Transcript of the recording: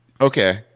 Okay